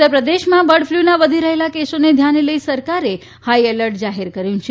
ઉત્તરપ્રદેશમાં બર્ડફ્લુના વધી રહેલા કેસોને ધ્યાને લઇ સરકારે હાઇ એલર્ટ જાહેર કર્યું છે